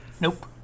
nope